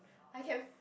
I can